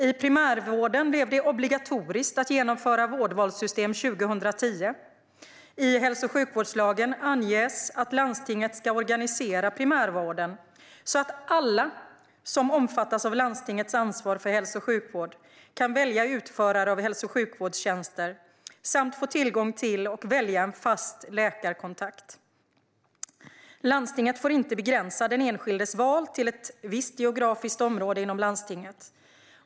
I primärvården blev det obligatoriskt att genomföra vårdvalssystem 2010. I hälso och sjukvårdslagen anges att landstinget ska organisera primärvården så att alla som omfattas av landstingets ansvar för hälso och sjukvård kan välja utförare av hälso och sjukvårdstjänster samt få tillgång till och välja en fast läkarkontakt. Landstinget får inte begränsa den enskildes val till ett visst geografiskt område inom landstinget.